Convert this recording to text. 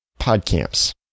PodCamps